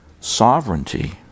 sovereignty